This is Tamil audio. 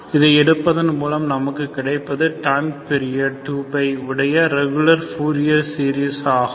இதை எடுப்பதன் மூலம் நமக்கு கிடைப்பது டைம் பீரியட் 2 உடைய ரெகுலர் பூரியர் சீரிஸ் ஆகும்